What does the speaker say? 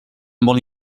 molt